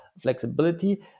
flexibility